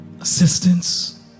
assistance